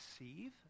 receive